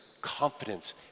confidence